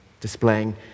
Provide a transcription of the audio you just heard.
displaying